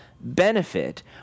benefit